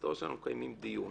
ואתה רואה שאנחנו מקיימים דיון.